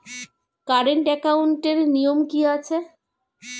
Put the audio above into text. Current একাউন্টের নিয়ম কী আছে?